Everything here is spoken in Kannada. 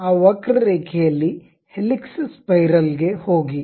ಆ ವಕ್ರರೇಖೆಯಲ್ಲಿ ಹೆಲಿಕ್ಸ್ ಸ್ಪೈರಲ್ ಗೆ ಹೋಗಿ